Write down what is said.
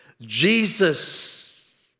Jesus